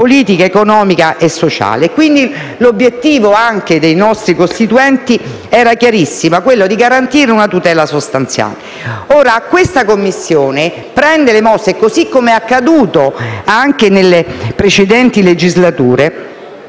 politica, economica e sociale». L'obiettivo dei nostri Costituenti era chiarissimo: garantire una tutela sostanziale. Ora, l'istituenda Commissione prende le mosse, così come accaduto anche nelle precedenti legislature,